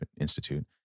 Institute